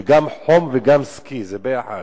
זה גם חום וגם סקי, זה ביחד.